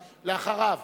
ואחריו,